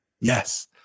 yes